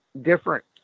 different